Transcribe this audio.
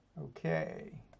Okay